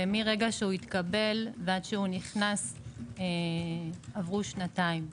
ומרגע שהוא התקבל ועד שהוא נכנס עברו שנתיים.